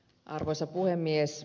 arvoisa puhemies